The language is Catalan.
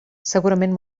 segurament